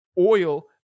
oil